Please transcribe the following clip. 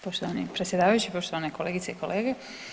Poštovani predsjedavajući, poštovane kolegice i kolege.